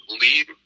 lead